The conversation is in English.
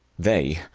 they,